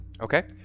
Okay